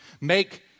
make